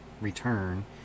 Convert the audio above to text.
return